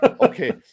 okay